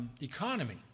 economy